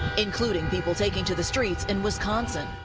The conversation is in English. including people taking to the streets in wisconsin.